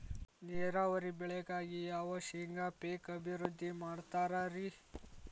ನೇರಾವರಿ ಬೆಳೆಗಾಗಿ ಯಾವ ಶೇಂಗಾ ಪೇಕ್ ಅಭಿವೃದ್ಧಿ ಮಾಡತಾರ ರಿ?